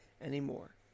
anymore